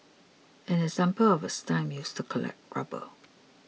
an example of a stump used to collect rubber